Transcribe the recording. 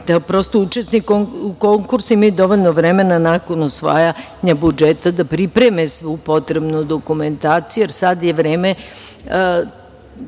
da prosto učesnik konkursa imaju dovoljno vremena nakon usvajanja budžeta da pripreme svu potrebnu dokumentaciju, jer sada je vreme